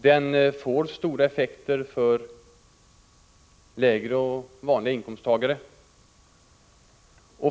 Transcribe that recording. Den får stora effekter för låginkomsttagare och vanliga inkomsttagare.